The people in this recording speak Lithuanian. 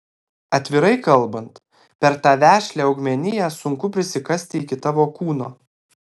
atvirai kalbant per tą vešlią augmeniją sunku prisikasti iki tavo kūno